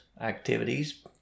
activities